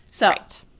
Right